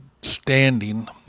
standing